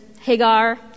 Hagar